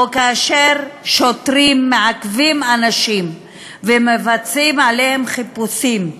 כאשר שוטרים מעכבים אנשים ומבצעים עליהם חיפושים,